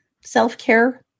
self-care